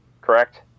Correct